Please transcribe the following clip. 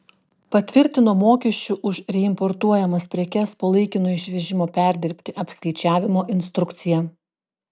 patvirtino mokesčių už reimportuojamas prekes po laikino išvežimo perdirbti apskaičiavimo instrukciją